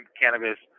cannabis